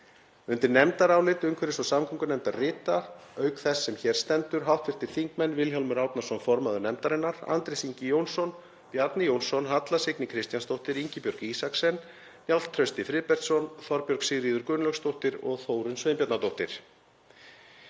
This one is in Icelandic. Undir nefndarálit umhverfis- og samgöngunefndar rita, auk þess sem hér stendur, hv. þingmenn Vilhjálmur Árnason, formaður nefndarinnar, Andrés Ingi Jónsson, Bjarni Jónsson, Halla Signý Kristjánsdóttir, Ingibjörg Isaksen, Njáll Trausti Friðbertsson, Þorbjörg Sigríður Gunnlaugsdóttir og Þórunn Sveinbjarnardóttir.